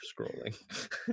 scrolling